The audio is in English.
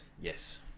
yes